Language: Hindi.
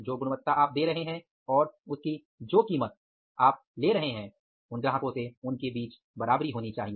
जो गुणवत्ता आप दे रहे हैं और उसकी जो कीमत आप ले रहे हैं उनके बीच बराबरी होनी चाहिए